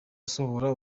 asohora